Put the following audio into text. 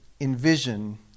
envision